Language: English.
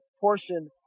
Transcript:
portion